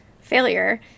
failure